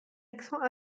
accents